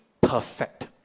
perfect